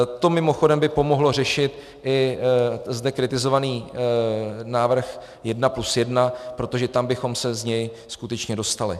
To mimochodem by pomohlo řešit i zde kritizovaný návrh 1+1, protože tam bychom se z něj skutečně dostali.